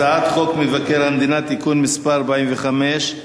הצעת חוק מבקר המדינה (תיקון מס' 45),